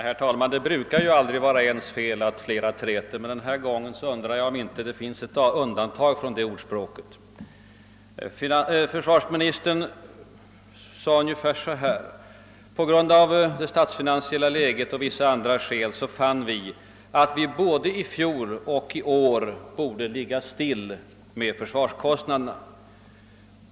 Herr talman! Det brukar ju aldrig vara ens fel att flera träter men nog undrar jag just nu om det inte ändå finns ett undantag från detta ordspråk. Försvarsministern sade ungefär så här: På grund av det statsfinansiella läget och av vissa andra skäl fann vi att vi både i fjol och i år borde »ligga still» när det gäller försvarskostnaderna.